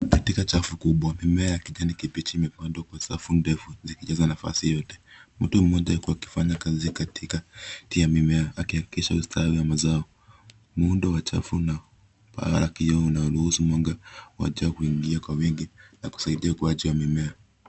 Katika chafu kubwa, mimea ya kijani kibichi imepandwa kwa safu ndefu zikijaza nafasi yote. Mtu mmoja huku akifanya kazi katikati ya mimea akihakikisha ustawi wa mazao. Muundo wa chafu una paa la kioo unaoruhusu mwanga wa jua kuingia kwa wingi na kusaidia ukuaji wa mimea.